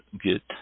get